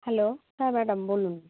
hello হ্যাঁ madam বলুন